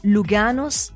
Luganos